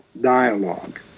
dialogue